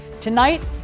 Tonight